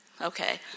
Okay